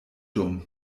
dumm